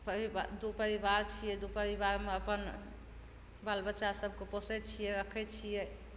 दू परिवार छियै दू परिवारमे अपन बाल बच्चा सबके पोसय छियै रखय छियै